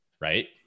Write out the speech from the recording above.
right